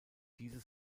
diese